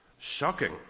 Shocking